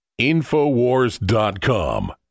infowars.com